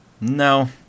no